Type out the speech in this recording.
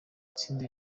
itsinda